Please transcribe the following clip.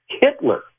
hitler